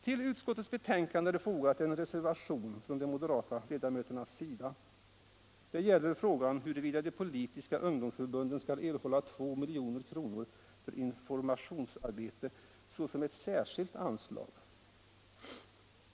Vid utskottets betänkande är fogad en reservation från de moderata ledamöterna. Det gäller frågan huruvida de politiska ungdomsförbunden skall erhålla 2 milj.kr. för informationsarbete såsom ett särskilt anslag.